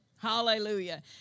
Hallelujah